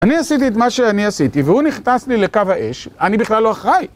אני עשיתי את מה שאני עשיתי, והוא נכנס לי לקו האש, אני בכלל לא אחראי.